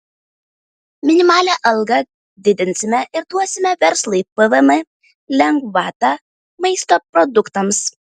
minimalią algą didinsime ir duosime verslui pvm lengvatą maisto produktams